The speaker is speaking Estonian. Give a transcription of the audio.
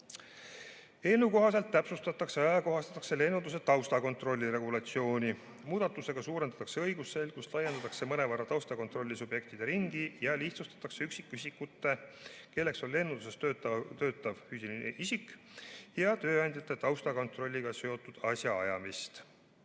kohaselt täpsustatakse ja ajakohastatakse lennunduse taustakontrolli regulatsiooni. Muudatusega suurendatakse õigusselgust, laiendatakse mõnevõrra taustakontrolli subjektide ringi ja lihtsustatakse üksikisikute, kelleks on lennunduses töötavad füüsilised isikud, ja tööandjate taustakontrolliga seotud asjaajamist.